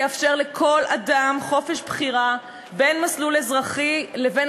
החוק יאפשר לכל אדם חופש בחירה בין מסלול אזרחי לבין